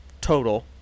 total